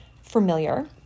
familiar